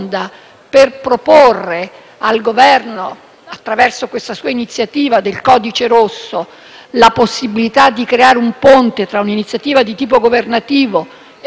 attraverso la sua proposta del codice rosso, la possibilità di creare un ponte tra un'iniziativa di tipo governativo e una di tipo parlamentare, condivisa,